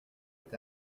est